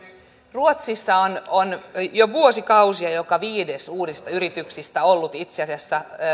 ruotsissa on jo vuosikausia joka viides uusista yrityksistä ollut itse asiassa